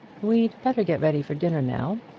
we'd better get ready for dinner now.